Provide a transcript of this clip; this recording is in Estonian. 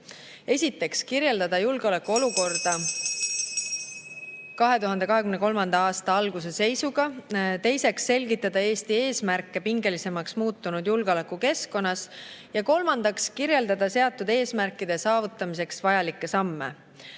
Esiteks, kirjeldada julgeolekuolukorda 2023. aasta alguse seisuga. Teiseks, selgitada Eesti eesmärke pingelisemaks muutunud julgeolekukeskkonnas ja kolmandaks, kirjeldada seatud eesmärkide saavutamiseks vajalikke samme.